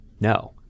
no